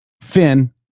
Finn